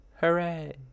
Hooray